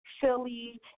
Philly